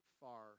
far